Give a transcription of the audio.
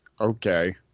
okay